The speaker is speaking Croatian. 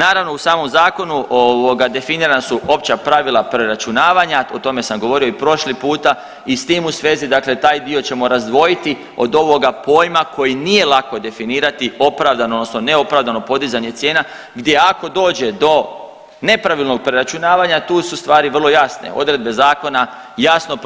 Naravno, u samom Zakonu definirana su opća pravila preračunavanja, o tome sam govorio i prošli puta i s tim u svezi, dakle taj dio ćemo razdvojiti od ovoga pojma koji nije lako definirati, opravdano odnosno neopravdano podizanje cijena gdje ako dođe do nepravilnog preračunavanja, tu su stvari vrlo jasne, odredbe zakona jasno